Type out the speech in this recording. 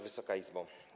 Wysoka Izbo!